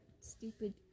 Stupid